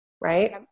right